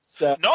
No